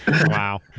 Wow